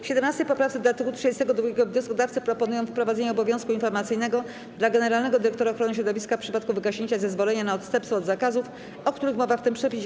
W 17. poprawce do art. 32 wnioskodawcy proponują wprowadzenie obowiązku informacyjnego dla generalnego dyrektora ochrony środowiska w przypadku wygaśnięcia zezwolenia na odstępstwo od zakazów, o którym mowa w tym przepisie.